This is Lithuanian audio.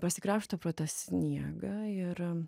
prasikrapšto pro tą sniegą ir